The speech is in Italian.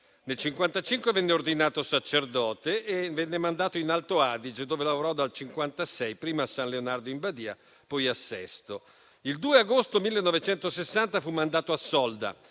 Nel 1955 venne ordinato sacerdote e venne mandato in Alto Adige, dove lavorò dal 1956, prima a San Leonardo in Badia, poi a Sesto. Il 2 agosto 1960 fu mandato a Solda,